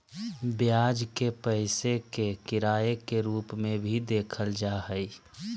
ब्याज के पैसे के किराए के रूप में भी देखल जा हइ